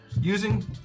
using